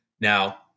now